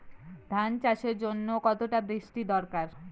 ধান চাষের জন্য কতটা বৃষ্টির দরকার?